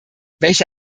welche